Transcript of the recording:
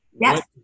yes